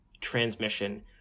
transmission